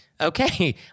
Okay